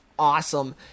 awesome